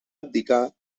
abdicar